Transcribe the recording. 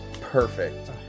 perfect